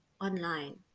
online